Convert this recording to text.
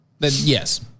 Yes